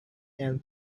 and